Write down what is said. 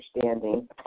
understanding